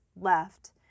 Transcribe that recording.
left